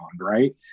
right